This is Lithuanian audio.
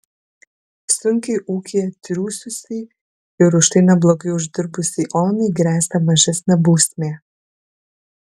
sunkiai ūkyje triūsusiai ir už tai neblogai uždirbusiai onai gresia mažesnė bausmė